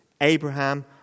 Abraham